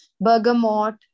bergamot